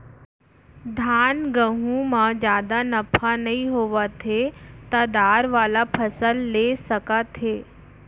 धान, गहूँ म जादा नफा नइ होवत हे त दार वाला फसल ल ले सकत हे